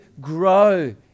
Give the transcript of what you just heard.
grow